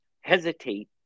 hesitate